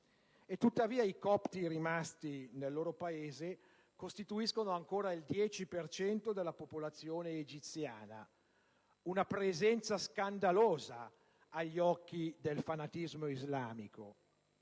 Tuttavia i copti rimasti nel loro Paese costituiscono ancora il 10 per cento della popolazione egiziana: una presenza scandalosa agli occhi del fanatismo islamico.